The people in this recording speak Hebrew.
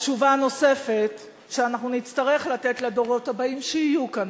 התשובה הנוספת שאנחנו נצטרך לתת לדורות הבאים שיהיו כאן,